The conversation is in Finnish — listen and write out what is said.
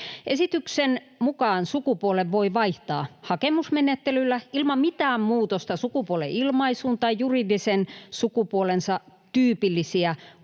Esityksen mukaan sukupuolen voi vaihtaa hakemusmenettelyllä ilman mitään muutosta sukupuolen ilmaisuun tai juridisen sukupuolensa tyypillisiä ulkoisia